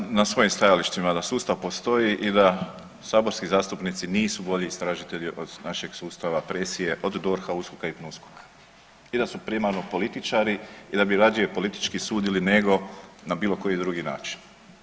Ja sam na svojim stajalištima da sustav postoji i da saborski zastupnici nisu bolji istražitelji od našeg sustava presije, od DORH-a, USKOK-a i PNUSKOK-a i da su primarno političari i da bi radije politički sudili nego na bilo koji drugi način.